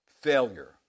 failure